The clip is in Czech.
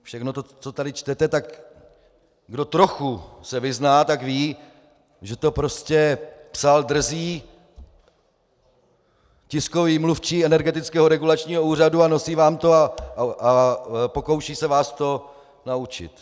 Všechno, co tady čtete, tak kdo se trochu vyzná, tak ví, že to prostě psal drzý tiskový mluvčí Energetického regulačního úřadu, nosí vám to a pokouší se vás to naučit.